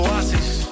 Oasis